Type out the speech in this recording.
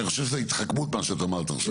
אני חושב שזו התחכמות, מה שאמרת עכשיו.